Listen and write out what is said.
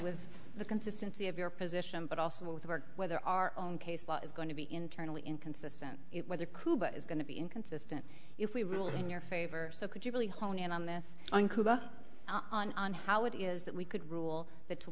with the consistency of your position but also with work whether our own case is going to be internally inconsistent whether kubel is going to be inconsistent if we rule in your favor so could you really hone in on this on cuba on on how it is that we could rule the to